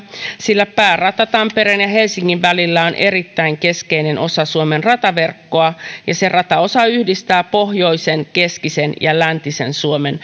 sillä päärata tampereen ja helsingin välillä on erittäin keskeinen osa suomen rataverkkoa ja se rataosa yhdistää pohjoisen keskisen ja läntisen suomen